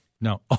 No